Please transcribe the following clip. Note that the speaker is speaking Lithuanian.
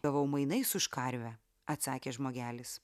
gavau mainais už karvę atsakė žmogelis